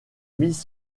mise